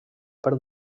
per